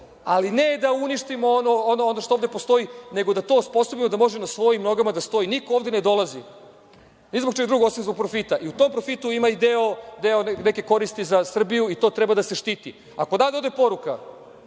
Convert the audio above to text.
ali ne da uništimo ono što ovde postoji nego da to osposobimo da možemo na svojim nogama da stoji. Niko ovde ne dolazi ni zbog čega drugog osim zbog profita i u tom profitu ima deo neke koristi za Srbiju i to treba da se štiti. Ako odavde ode poruka